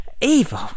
Evil